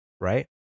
right